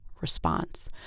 response